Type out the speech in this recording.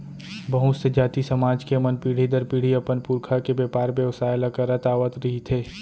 बहुत से जाति, समाज के मन पीढ़ी दर पीढ़ी अपन पुरखा के बेपार बेवसाय ल करत आवत रिहिथे